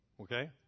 okay